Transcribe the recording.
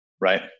right